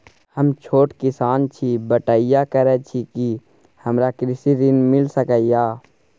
हम छोट किसान छी, बटईया करे छी कि हमरा कृषि ऋण मिल सके या?